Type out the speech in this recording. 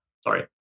Sorry